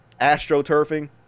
astroturfing